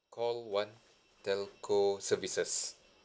call one telco services